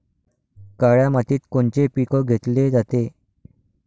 काळ्या मातीत कोनचे पिकं घेतले जाते?